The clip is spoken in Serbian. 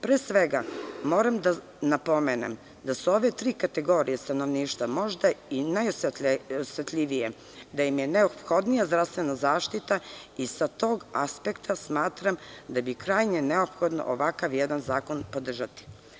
Pre svega, moram da napomenem da su ove tri kategorije stanovništva možda i najosetljivije, da im je neophodnija zdravstvena zaštita i sa tog aspekta smatram da bi krajnje neophodno ovakav jedan zakon trebalo podržati.